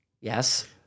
yes